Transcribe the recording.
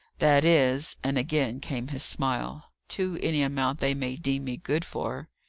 that is, and again came his smile, to any amount they may deem me good for.